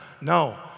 No